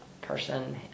person